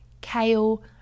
kale